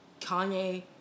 Kanye